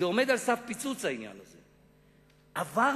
זה עומד על סף פיצוץ, העניין הזה.